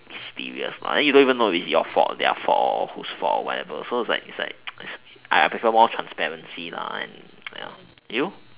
mysterious you don't even know is your fault their fault or whose fault whatever so is like is like I prefer transparency and you know